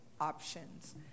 options